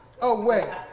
away